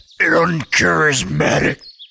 uncharismatic